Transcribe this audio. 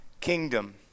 kingdom